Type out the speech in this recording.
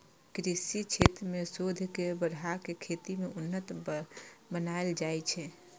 कृषि क्षेत्र मे शोध के बढ़ा कें खेती कें उन्नत बनाएल जाइ छै